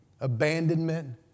abandonment